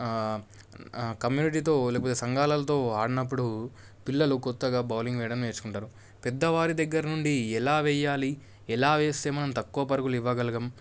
కమ్యూనిటీతో లేకపోతే సంఘాలతో ఆడినప్పుడు పిల్లలు కొత్తగా బౌలింగ్ వేయడం నేర్చుకుంటారు పెద్దవారి దగ్గర నుండి ఎలా వెయ్యాలి ఎలా వేస్తే మనం తక్కువ పరుగులు ఇవ్వగలం